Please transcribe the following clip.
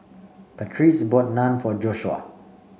patrice bought Naan for Joshua